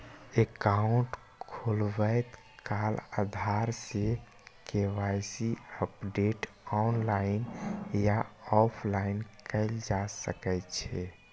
account खोलबैत काल आधार सं के.वाई.सी अपडेट ऑनलाइन आ ऑफलाइन कैल जा सकै छै